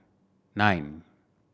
nine